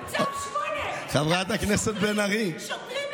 צו 8. תביא שוטרים,